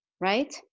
right